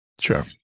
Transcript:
Sure